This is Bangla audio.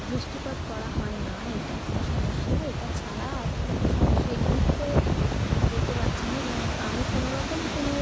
দৃষ্টিপাত করা হয় না এটা একটা সমস্যা এটা ছাড়া আর কোন সমস্যা এই মুহূর্তে বলতে পারছি না এবং আমি কোনোরকম কোন